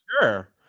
sure